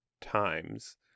times